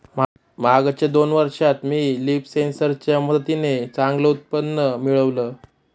मागच्या दोन वर्षात मी लीफ सेन्सर च्या मदतीने चांगलं उत्पन्न मिळवलं